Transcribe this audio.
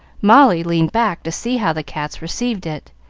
molly leaned back to see how the cats received it,